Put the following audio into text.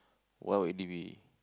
what would it be